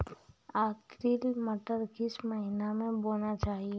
Arkel मटर किस महीना में बोना चाहिए?